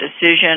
decision